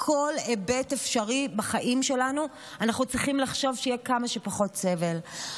בכל היבט אפשרי בחיים שלנו אנחנו צריכים לחשוב שיהיה כמה שפחות סבל.